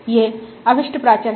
यह अभीष्ट प्राचर है